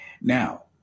Now